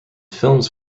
films